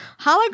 Hologram